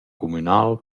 cumünal